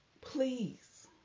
please